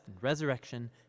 resurrection